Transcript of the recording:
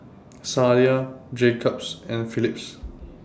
Sadia Jacob's and Phillips